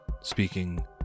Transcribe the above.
speaking